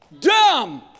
Dumb